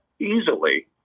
easily